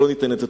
ולא ניתן את זה.